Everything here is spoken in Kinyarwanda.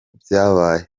byabaye